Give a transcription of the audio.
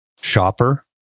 shopper